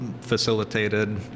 facilitated